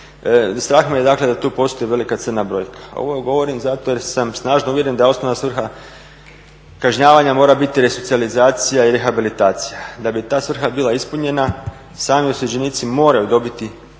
Strah me dakle da tu postoji velika crna brojka. Ovo govorim zato jer sam snažno uvjeren da osnovna svrha kažnjavanja mora biti resocijalizacija i rehabilitacija. Da bi ta svrha bila ispunjena sami osuđenici moraju dobiti